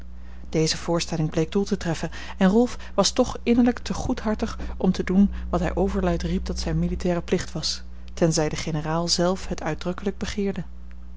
deze voorstelling bleek doel te treffen en rolf was toch innerlijk te goedhartig om te doen wat hij overluid riep dat zijn militaire plicht was tenzij de generaal zelf het uitdrukkelijk begeerde